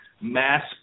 mass